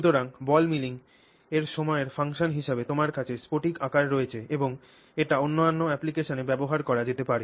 সুতরাং ball milling এর সময়ের ফাংশন হিসাবে তোমার কাছে স্ফটিক আকার রয়েছে এবং এটি অন্যান্য অ্যাপ্লিকেশনে ব্যবহার করা যেতে পারে